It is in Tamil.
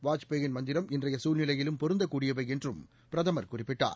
வாஜ்பாயின் மந்திரம் இன்றைய சூழ்நிலையிலும் பொருந்தக் கூடியவை என்றும் பிர்தமர் குறிப்பிட்டார்